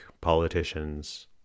politicians